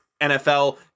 NFL